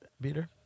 beater